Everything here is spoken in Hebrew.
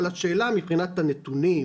השאלה היא מבחינת הנתונים,